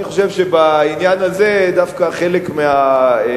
אני חושב שבעניין הזה דווקא חלק מהעימות